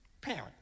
parent